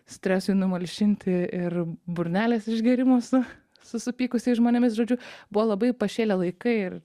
stresui numalšinti ir burnelės išgėrimo su su supykusiais žmonėmis žodžiu buvo labai pašėlę laikai ir